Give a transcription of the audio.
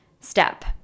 step